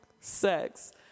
sex